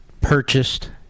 purchased